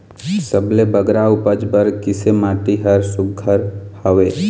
सबले बगरा उपज बर किसे माटी हर सुघ्घर हवे?